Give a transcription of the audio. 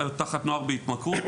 "נוער בהתמכרות",